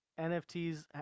NFTs